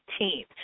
18th